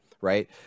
right